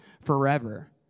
forever